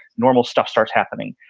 normal stuff starts happening.